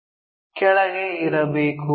ಕೆಳಗೆ ಇರಬೇಕು